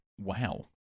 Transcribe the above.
Wow